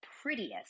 prettiest